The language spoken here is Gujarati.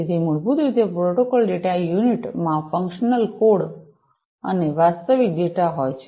તેથી મૂળરૂપે પ્રોટોકોલ ડેટા યુનિટમાં ફંક્શનલ કોડ ફંક્શન કોડ અને વાસ્તવિક ડેટા હોય છે